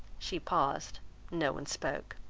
she paused no one spoke.